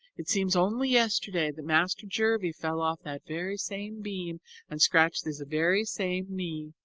it seems only yesterday that master jervie fell off that very same beam and scratched this very same knee